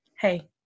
hey